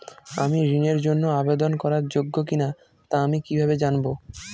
আমি ঋণের জন্য আবেদন করার যোগ্য কিনা তা আমি কীভাবে জানব?